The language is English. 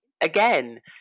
again